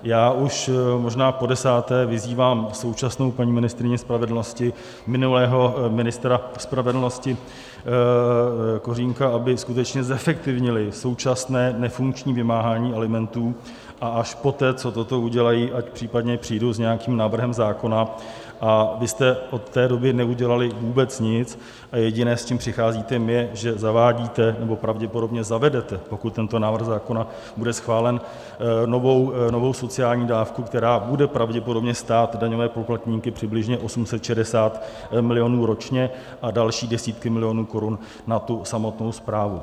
Já už možná podesáté vyzývám současnou paní ministryni spravedlnosti, minulého ministra spravedlnosti Kořínka , aby skutečně zefektivnili současné nefunkční vymáhání alimentů, a až poté, co toto udělají, ať případně přijdou s nějakým návrhem zákona, a vy jste od té doby neudělali vůbec nic a jediné, s čím přicházíte, je, že zavádíte, nebo pravděpodobně zavedete, pokud tento návrh zákona bude schválen, novou sociální dávku, která bude pravděpodobně stát daňové poplatníky přibližně 860 milionů ročně a další desítky milionů korun na samotnou správu.